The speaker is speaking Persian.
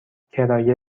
کرایه